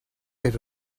per